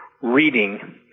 reading